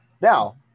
Now